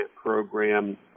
program